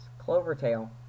Clovertail